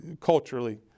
culturally